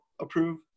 approve